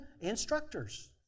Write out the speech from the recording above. instructors